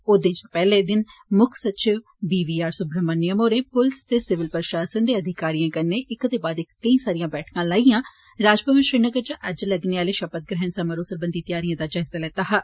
ओहृदे शा पैहले दिने मुक्ख सचिव बीवीआर सुब्राहमणयम होरें पुलस ते सिविल प्रशासन दे अधिकारिएं कन्नै इक दे बाद इक कई सारियां बैठकां लाइयै राजमवन श्रीनगर च अज्ज लगने आले शपथग्रैहण समारोह सरबंघी तैआरिए दा जायजा लैता हा